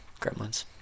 gremlins